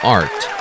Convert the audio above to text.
art